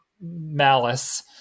malice